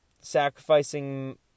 sacrificing